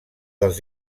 dels